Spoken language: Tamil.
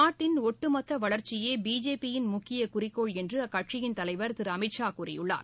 நாட்டின் ஒட்டுமொத்தவளர்ச்சியேபிஜேபி யின் முக்கியகுறிக்கோள் என்றுஅக்கட்சியின் தலைவர் திருஅமித்ஷா கூறியுள்ளார்